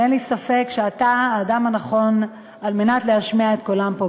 ואין לי ספק שאתה האדם הנכון להשמיע את קולם פה,